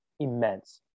immense